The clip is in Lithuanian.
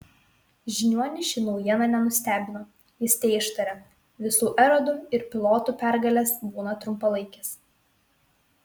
žiniuonį ši naujiena nenustebino jis teištarė visų erodų ir pilotų pergalės būna trumpalaikės